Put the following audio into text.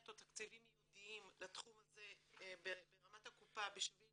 או תקציבים ייעודיים לתחום הזה ברמת הקופה בשביל